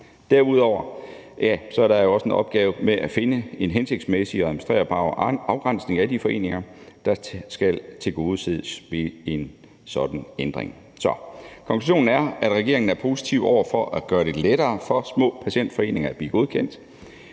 Derudover er der også en opgave med at finde en hensigtsmæssig og administrerbar afgrænsning af de foreninger, der skal tilgodeses ved en sådan ændring. Så konklusionen er, at regeringen er positiv over for at gøre det lettere for små patientforeninger at blive godkendt.